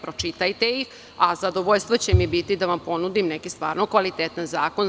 Pročitajte ih, a zadovoljstvo će mi biti da vam ponudim neki stvarno kvalitetan zakon.